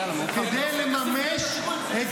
כדי לממש -- שלמה,